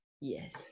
Yes